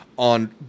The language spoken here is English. on